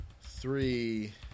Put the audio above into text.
three